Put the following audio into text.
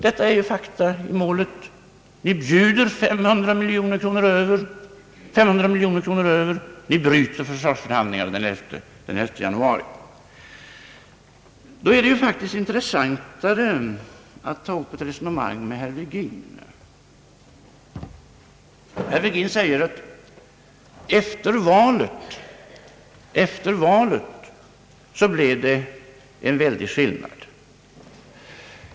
Detta är ju fakta i målet: Ni bjuder 500 miljoner kronor över, ni bryter försvarsförhandlingarna den 11 januari. Det är faktiskt intressantare att ta upp ett resonemang med herr Virgin. Herr Virgin säger att det blev en väldig skillnad efter valet.